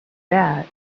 that